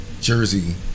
Jersey